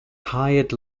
hired